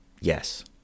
Yes